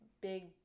big